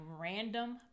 random